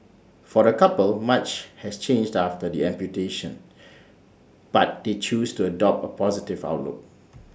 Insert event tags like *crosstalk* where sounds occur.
for the couple much has changed after the amputation *noise* but they choose to adopt A positive outlook